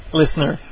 listener